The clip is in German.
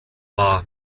war